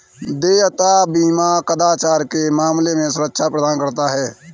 देयता बीमा कदाचार के मामले में सुरक्षा प्रदान करता है